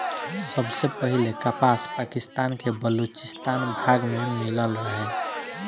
सबसे पहिले कपास पाकिस्तान के बलूचिस्तान भाग में मिलल रहे